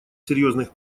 серьезных